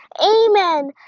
Amen